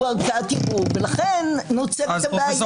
לכן נוצרת הבעיה.